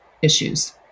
issues